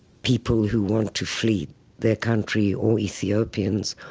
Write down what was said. people who want to flee their country, or ethiopians,